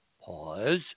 pause